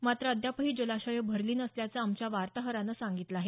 मात्र अद्यापही जलाशयं भरली नसल्याचं आमच्या वार्ताहरानं सांगितलं आहे